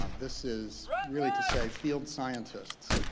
ah this is really to say field scientists,